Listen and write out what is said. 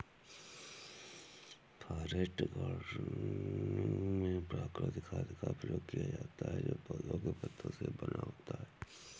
forest gardening में प्राकृतिक खाद का ही प्रयोग किया जाता है जो पौधों के पत्तों से ही बना होता है